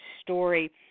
story